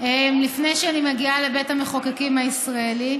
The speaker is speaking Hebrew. לפני שאני מגיעה לבית המחוקקים הישראלי,